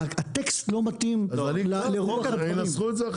הטקסט לא מתאים לרוח הדברים.